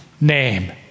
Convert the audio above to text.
name